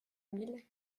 mille